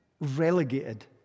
relegated